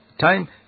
time